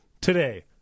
today